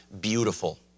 Beautiful